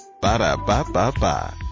Ba-da-ba-ba-ba